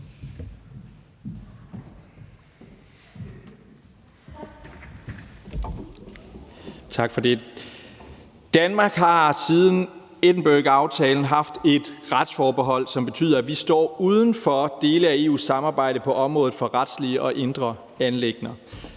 Tak for det. Danmark har siden Edinburghaftalen haft et retsforbehold, som betyder, at vi står uden for dele af EU's samarbejde på området for retlige og indre anliggender.